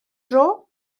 dro